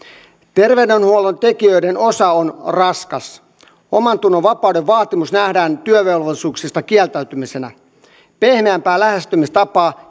terveydenhuollon tekijöiden osa on raskas omantunnonvapauden vaatimus nähdään työvelvollisuuksista kieltäytymisenä pehmeämpää lähestymistapaa